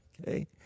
Okay